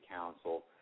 council